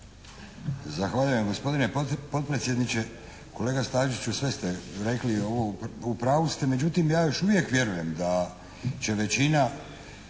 Zahvaljujem gospodine potpredsjedniče. Kolega Staziću sve ste rekli ovo. U pravu ste. Međutim ja još uvijek vjerujem da će većina